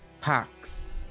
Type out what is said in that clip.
Packs